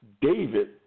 David